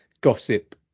gossip